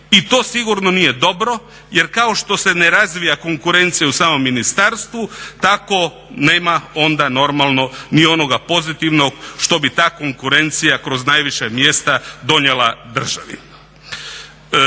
i to sigurno nije dobro. Jer kao što se ne razvija konkurencija u samom ministarstvu tako nema onda normalno ni onog pozitivnog što bi ta konkurencija kroz najviše mjesta donijela državi.